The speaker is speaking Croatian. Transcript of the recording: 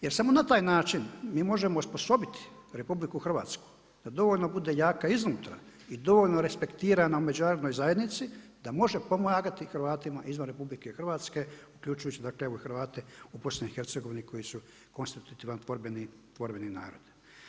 Jer samo na taj način mi možemo osposobiti RH da dovoljno bude jaka iznutra i dovoljno respektirana u Međunarodnoj zajednici da može pomagati Hrvatima izvan RH uključujući dakle evo Hrvate u BiH koji su konstitutivan tvorbeni narod.